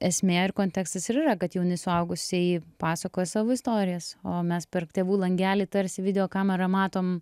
esmė ir kontekstas ir yra kad jauni suaugusieji pasakoja savo istorijas o mes per tėvų langelį tarsi videokamerą matom